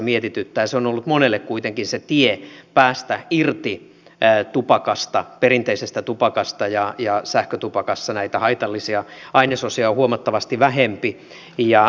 se on ollut monelle kuitenkin se tie päästä irti tupakasta perinteisestä tupakasta ja sähkötupakassa näitä haitallisia ainesosia on huomattavasti vähemmän